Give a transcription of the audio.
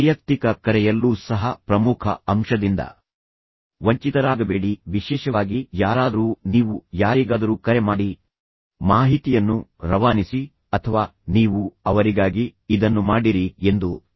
ವೈಯಕ್ತಿಕ ಕರೆಯಲ್ಲೂ ಸಹ ಪ್ರಮುಖ ಅಂಶದಿಂದ ವಂಚಿತರಾಗಬೇಡಿ ವಿಶೇಷವಾಗಿ ಯಾರಾದರೂ ನೀವು ಯಾರಿಗಾದರೂ ಕರೆ ಮಾಡಿ ಮಾಹಿತಿಯನ್ನು ರವಾನಿಸಿ ಅಥವಾ ನೀವು ಅವರಿಗಾಗಿ ಇದನ್ನು ಮಾಡಿರಿ ಎಂದು ನಿಮಗೆ ಹೇಳಬಹುದು